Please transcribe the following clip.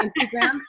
instagram